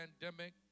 pandemic